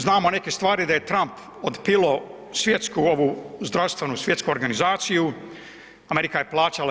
Znamo neke stvari da je Trump otpilo svjetsku ovu zdravstvenu svjetsku organizaciju, Amerika je plaćala 1/